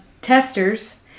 testers